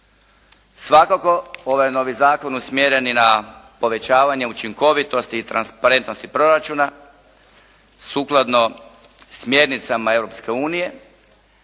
Svakako, ovaj novi zakon usmjeren je i na povećavanje učinkovitosti i transparentnosti proračuna sukladno smjernicama